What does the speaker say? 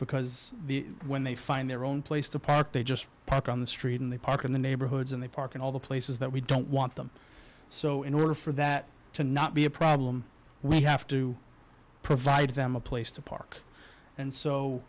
because the when they find their own place to park they just park on the street and they park in the neighborhoods and they park in all the places that we don't want them so in order for that to not be a problem we have to provide them a place to park and so